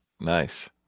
Nice